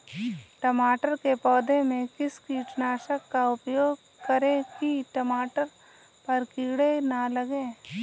टमाटर के पौधे में किस कीटनाशक का उपयोग करें कि टमाटर पर कीड़े न लगें?